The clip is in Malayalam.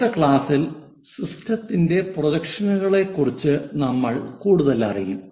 അടുത്ത ക്ലാസ്സിൽ സിസ്റ്റത്തിന്റെ പ്രൊജക്ഷനുകളെക്കുറിച്ച് നമ്മൾ കൂടുതലറിയും